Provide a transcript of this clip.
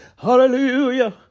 Hallelujah